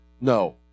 No